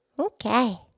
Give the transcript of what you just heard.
Okay